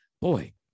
boy